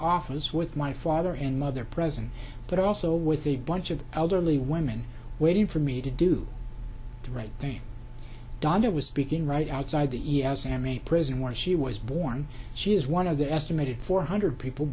office with my father and mother present but also with a bunch of elderly women waiting for me to do the right thing donder was speaking right outside the e u as am a prison where she was born she is one of the estimated four hundred people